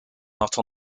not